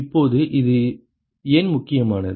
இப்போது இது ஏன் முக்கியமானது